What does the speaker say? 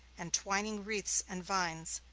and twining wreaths and vines,